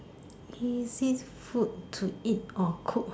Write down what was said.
easy food to eat or cook